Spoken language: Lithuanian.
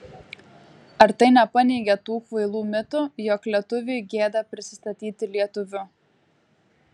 ar tai nepaneigia tų kvailų mitų jog lietuviui gėda prisistatyti lietuviu